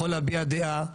יכול להביע דעה,